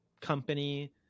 company